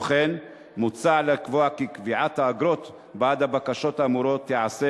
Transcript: כמו כן מוצע לקבוע כי קביעת האגרות בעד הבקשות האמורות תיעשה